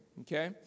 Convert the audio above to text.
Okay